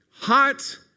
hot